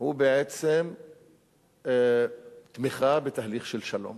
הוא בעצם תמיכה בתהליך של שלום,